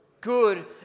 good